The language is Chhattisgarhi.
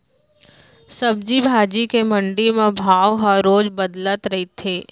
सब्जी भाजी के मंडी म भाव ह रोज बदलत रहिथे